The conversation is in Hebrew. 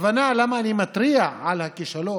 הכוונה היא, למה אני מתריע על הכישלון,